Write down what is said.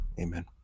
amen